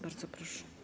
Bardzo proszę.